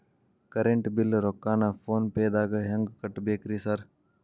Current bill ರೊಕ್ಕಾನ phone ಪೇದಾಗ ಹೆಂಗ್ ಕಟ್ಟಬೇಕ್ರಿ ಸರ್?